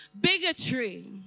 bigotry